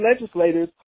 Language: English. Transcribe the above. legislators